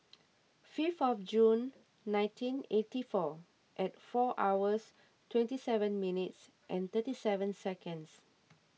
fifth of June nineteen eighty four and four hours twenty seven minutes and thirty seven seconds